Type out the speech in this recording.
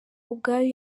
ubwayo